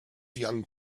young